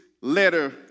letter